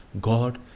God